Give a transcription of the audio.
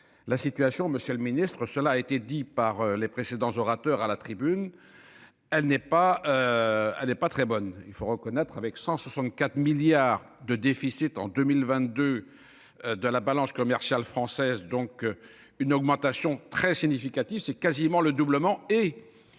la situation, Monsieur le Ministre, cela a été dit par les précédents orateurs à la tribune. Elle n'est pas. Elle est pas très bonne il faut reconnaître avec 164 milliards de déficit en 2022. De la balance commerciale française, donc une augmentation très significative, c'est quasiment le doublement